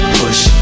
push